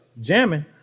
jamming